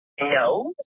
no